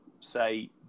say